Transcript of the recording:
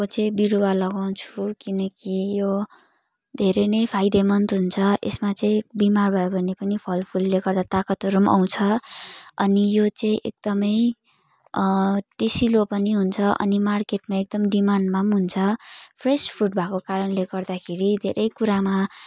को चाहिँ बिरूवा लगाउँछु किनकि यो धेरै नै फाइदामन्द हुन्छ यसमा चाहिँ बिमार भयो भने पनि फलफुलले गर्दा ताकतहरू पनि आउँछ अनि यो चाहिँ एकदमै टेसिलो पनि हुन्छ अनि मार्केटमा एकदम डिमान्डमा पनि हुन्छ फ्रेस फ्रुट भएको कारणले गर्दाखेरि धेरै कुरामा